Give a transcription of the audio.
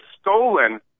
stolen